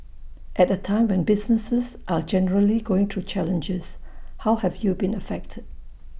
at A time when businesses are generally going through challenges how have you been affected